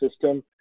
system